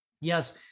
Yes